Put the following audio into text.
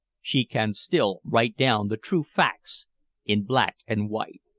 she can still write down the true facts in black and white.